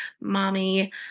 mommy